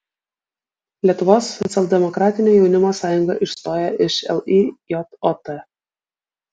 lietuvos socialdemokratinio jaunimo sąjunga išstoja iš lijot